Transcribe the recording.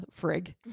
frig